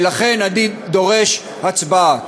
ולכן אני דורש הצבעה.